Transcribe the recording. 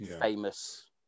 Famous